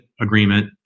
agreement